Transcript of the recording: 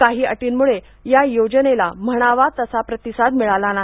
काही अटींमुळे या योजनेला म्हणावा तसा प्रतिसाद मिळाला नाही